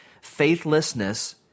Faithlessness